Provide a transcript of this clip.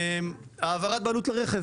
העברת בעלות לרכב.